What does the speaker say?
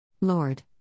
Lord